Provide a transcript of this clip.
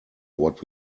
what